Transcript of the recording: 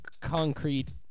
concrete